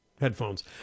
headphones